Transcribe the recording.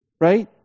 Right